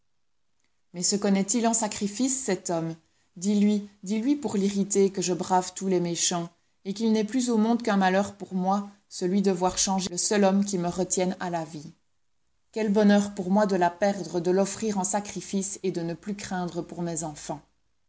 mais se connaît-il en sacrifices cet homme dis-lui dis-lui pour l'irriter que je brave tous les méchants et qu'il n'est plus au monde qu'un malheur pour moi celui de voir changer le seul homme qui me retienne à la vie quel bonheur pour moi de la perdre de l'offrir en sacrifice et de ne plus craindre pour mes enfants